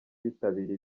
bitabiriye